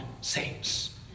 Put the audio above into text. saves